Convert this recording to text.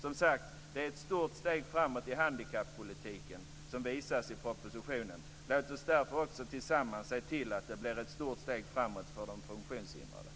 Som sagt: Det är ett stort steg framåt i handikappolitiken som visas i propositionen. Låt oss därför också tillsammans se till att det blir ett stort steg framåt för de funktionshindrade.